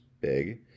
big